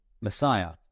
Messiah